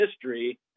history